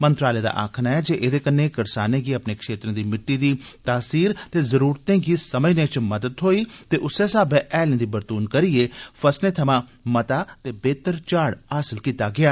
मंत्रालय दा आक्खना ऐ जे एदे कन्नै करसानें गी अपने क्षेत्रें दी मिट्टी दी तसीर ते जरुरतें गी समझने च मदद थ्होई ते उस्सै साब्बै हैलें दी बरतून करियै फसलें थमां मता ते बेहतर चाहढ़ हासल कीता गेया